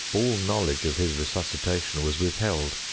all knowledge of his resuscitation was withheld,